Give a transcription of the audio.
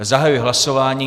Zahajuji hlasování.